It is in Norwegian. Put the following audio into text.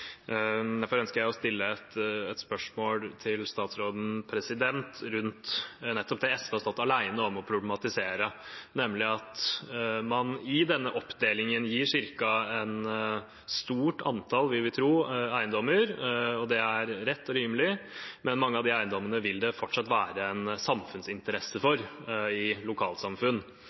Derfor ønsker jeg å stille et spørsmål til statsråden rundt nettopp det SV har stått alene om å problematisere, nemlig at man i denne oppdelingen gir et stort antall – vil vi tro – eiendommer, og det er rett og rimelig, men mange av de eiendommene vil det fortsatt være en samfunnsinteresse for i